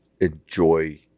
enjoy